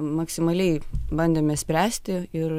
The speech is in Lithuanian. maksimaliai bandėme spręsti ir